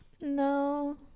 No